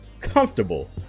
comfortable